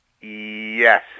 Yes